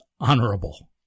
honorable